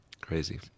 Crazy